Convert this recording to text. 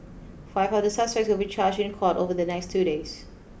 five of the suspects will be charged in court over the next two days